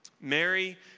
Mary